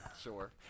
Sure